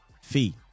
fee